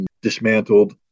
dismantled